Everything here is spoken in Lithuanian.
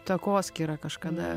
takoskyra kažkada